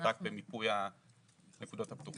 זה רק במיפוי הנקודות הפתוחות.